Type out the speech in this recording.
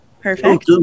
Perfect